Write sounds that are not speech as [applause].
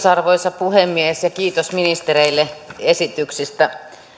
[unintelligible] arvoisa puhemies kiitos ministereille esityksistä